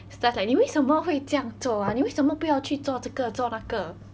stuff like 你为什么会这样做啊你为什么不要去做这个做那个